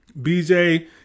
BJ